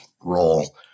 role